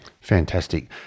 fantastic